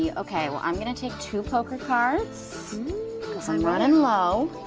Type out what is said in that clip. yeah okay, well i'm gonna take two poker cards cause i'm runnin low.